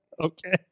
Okay